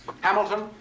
Hamilton